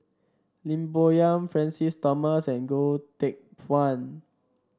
Lim Bo Yam Francis Thomas and Goh Teck Phuan